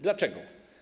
Dlaczego?